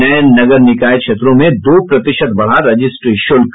नये नगर निकाय क्षेत्रों में दो प्रतिशत बढ़ा रजिस्ट्री शुल्क